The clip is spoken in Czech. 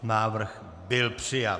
Návrh byl přijat.